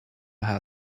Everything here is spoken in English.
had